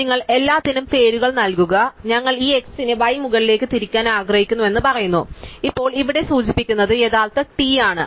അതിനാൽ നിങ്ങൾ എല്ലാത്തിനും പേരുകൾ നൽകുക അതിനാൽ ഞങ്ങൾ ഈ x നെ y മുകളിലേക്ക് തിരിക്കാൻ ആഗ്രഹിക്കുന്നുവെന്ന് ഞങ്ങൾ പറയുന്നു ഇപ്പോൾ ഞങ്ങൾ ഇവിടെ സൂചിപ്പിക്കുന്നത് യഥാർത്ഥ t ആണ്